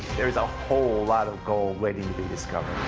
there's a whole lot of gold waiting to be discovered.